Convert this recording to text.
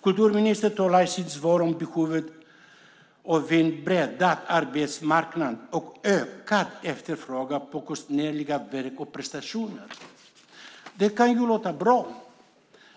Kulturministern talar i sitt svar om behovet av att bredda arbetsmarknaden och öka efterfrågan på konstnärliga verk och prestationer. Det kan låta bra,